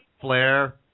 Flair